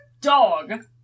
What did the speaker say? Dog